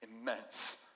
Immense